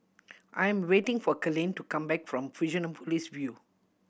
I am waiting for Kalene to come back from Fusionopolis View